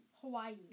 Hawaii